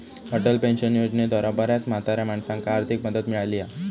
Atal pension योजनेद्वारा बऱ्याच म्हाताऱ्या माणसांका आर्थिक मदत मिळाली हा